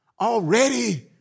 already